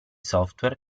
software